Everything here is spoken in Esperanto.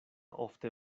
ofte